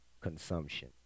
consumption